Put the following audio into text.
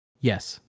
Yes